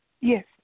Yes